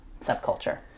subculture